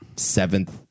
seventh